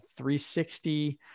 360